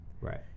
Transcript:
Right